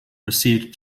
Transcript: received